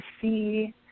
see